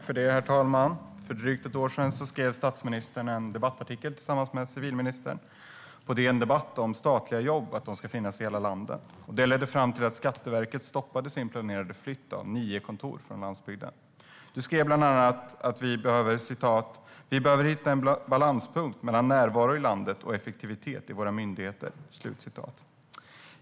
Herr talman! För drygt ett år sedan skrev statsministern en debattartikel på DN Debatt tillsammans med civilministern om att statliga jobb ska finnas i hela landet. Det ledde till att Skatteverket stoppade sin planerade flytt av nio kontor från landsbygden. Statsministern skrev bland annat: "Vi behöver hitta en balanspunkt mellan närvaro i landet och effektivitet i våra myndigheter."